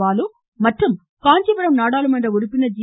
பாலு மற்றும் காஞ்சிபுரம் நாடாளுமன்ற உறுப்பினர் ஜி